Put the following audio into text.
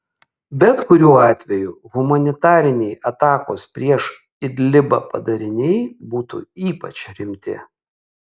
bet kuriuo atveju humanitariniai atakos prieš idlibą padariniai būtų ypač rimti